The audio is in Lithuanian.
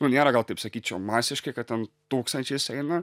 nu nėra gal taip sakyčiau masiškai kad ten tūkstančiais eina